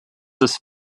ist